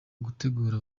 gutegura